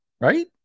Right